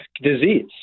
disease